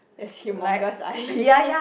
he has humongous eye